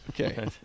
Okay